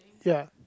ya